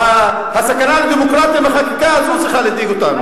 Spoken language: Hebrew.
הסכנה לדמוקרטיה והחקיקה הזאת צריכות להדאיג אותנו.